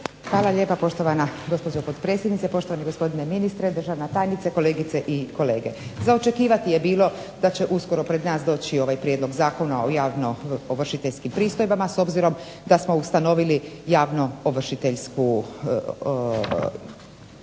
Hvala lijepo poštovana gospođo potpredsjednice, poštovani gospodine ministre, državna tajnice, kolegice i kolege. Za očekivati je bilo da će uskoro pred nas doći ovaj Prijedlog zakona o javnoovršiteljskim pristojbama s obzirom da smo ustanovili javno ovršiteljsku instituciju